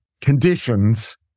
conditions